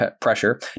pressure